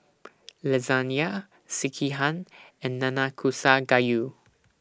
Lasagne Sekihan and Nanakusa Gayu